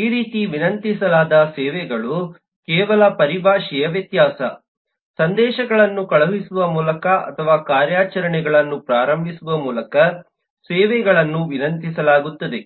ಈ ರೀತಿ ವಿನಂತಿಸಲಾದ ಸೇವೆಗಳು ಕೇವಲ ಪರಿಭಾಷೆಯ ವ್ಯತ್ಯಾಸ ಸಂದೇಶಗಳನ್ನು ಕಳುಹಿಸುವ ಮೂಲಕ ಅಥವಾ ಕಾರ್ಯಾಚರಣೆಗಳನ್ನು ಪ್ರಾರಂಭಿಸುವ ಮೂಲಕ ಸೇವೆಗಳನ್ನು ವಿನಂತಿಸಲಾಗುತ್ತದೆ